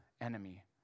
enemy